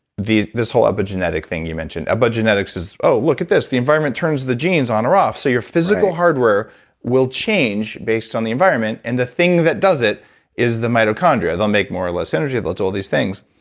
this whole epigenetic thing you mentioned. epigenetics is oh, look at this, the environment turns the genes on or off. so your physical hardware will change based on the environment, and the thing that does it is the mitochondria they'll make more or less energy, they'll do all these things,